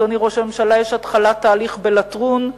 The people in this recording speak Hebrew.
אדוני ראש הממשלה, יש התחלת תהליך בלטרון,